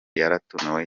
yaratunguwe